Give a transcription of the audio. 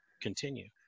continue